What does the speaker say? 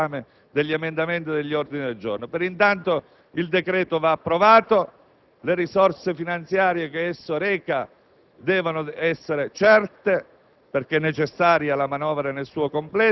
anche nel prosieguo della discussione con l'esame degli emendamenti e degli ordini del giorno. Intanto, il decreto va approvato, le risorse finanziarie che esso reca devono essere certe,